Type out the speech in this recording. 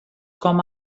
com